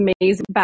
amazing